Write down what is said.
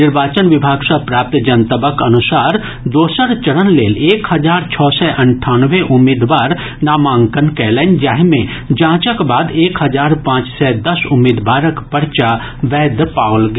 निर्वाचन विभाग सँ प्राप्त जनतबक अनुसार दोसर चरण लेल एक हजार छओ सय अंठानवे उम्मीदवार नामांकन कयलनि जाहि मे जांचक बाद एक हजार पांच सय दस उम्मीदवारक पर्चा वैध पाओल गेल